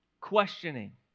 questioning